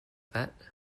that